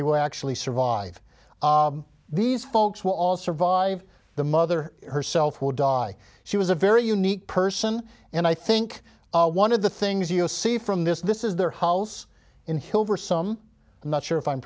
they will actually survive these folks will all survive the mother herself will die she was a very unique person and i think one of the things you'll see from this this is their hols in hilversum i'm not sure if i'm